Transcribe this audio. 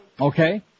Okay